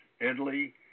Italy